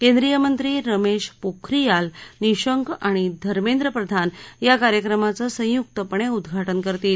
केंद्रीय मंत्री रमेश पोखरियाल निशंक आणि धर्मेंद्र प्रधान या कार्यक्रमाचं संयुक्तपणे उद्वाज करतील